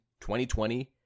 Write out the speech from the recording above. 2020